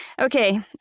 Okay